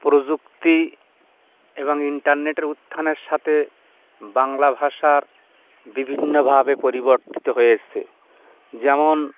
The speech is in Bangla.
প্রযুক্তি এবং ইন্টারনেটের উত্থানের সাথে বাংলা ভাষার বিভিন্নভাবে পরিবর্তিত হয়ে এসেছে যেমন